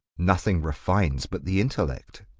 nothing refines but the intellect.